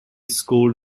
school